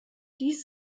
dies